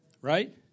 Right